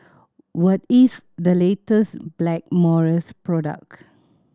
what is the latest Blackmores product